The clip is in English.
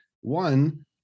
One